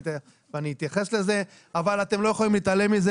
אני אתייחס לזה, אבל אתם לא יכולים להתעלם מזה